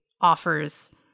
offers